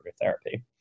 therapy